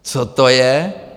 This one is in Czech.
Co to je?